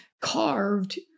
carved